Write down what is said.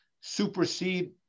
supersede